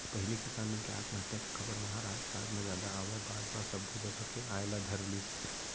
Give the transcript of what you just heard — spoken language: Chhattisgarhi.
पहिली किसान मन के आत्महत्या के खबर महारास्ट राज म जादा आवय बाद म सब्बो जघा के आय ल धरलिस